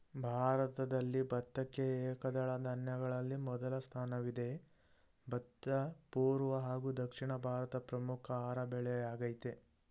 ಭಾರತದಲ್ಲಿ ಭತ್ತಕ್ಕೆ ಏಕದಳ ಧಾನ್ಯಗಳಲ್ಲಿ ಮೊದಲ ಸ್ಥಾನವಿದೆ ಭತ್ತ ಪೂರ್ವ ಹಾಗೂ ದಕ್ಷಿಣ ಭಾರತದ ಪ್ರಮುಖ ಆಹಾರ ಬೆಳೆಯಾಗಯ್ತೆ